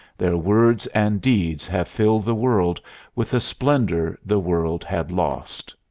their words and deeds have filled the world with a splendor the world had lost.